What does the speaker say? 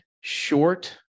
short